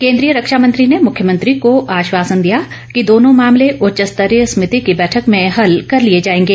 केन्द्रीय रक्षा मंत्री ने मुख्यमंत्री को आश्वासन दिया कि दोनों मामले उच्च स्तरीय समिति की बैठक में हल कर लिए जाएंगे